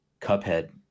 cuphead